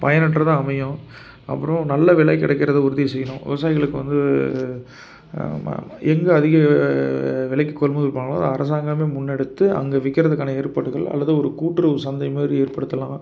பயனற்றதாக அமையும் அப்பறம் நல்ல விலை கிடைக்கிறத உறுதி செய்யணும் விவசாயிகளுக்கு வந்து மா எங்கே அதிக விலைக்கு கொள்முதல் பண்ணுறாங்களோ அரசாங்கமே முன்னெடுத்து அங்கே விற்கிறதுக்கான ஏற்பாட்டுகள் அல்லது ஒரு கூட்டுறவு சந்தை மாரி ஏற்படுத்தலாம்